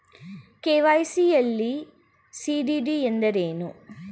KYC ಯಲ್ಲಿ CDD ಎಂದರೇನು?